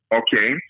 okay